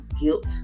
guilt